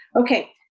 Okay